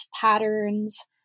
patterns